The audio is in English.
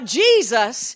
jesus